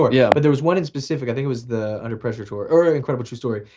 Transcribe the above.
yeah yeah. but there was one in specific, i think it was the under pressure tour. incredible true story.